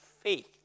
faith